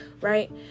Right